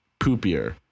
poopier